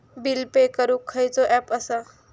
Bill pay करूक खैचो app असा?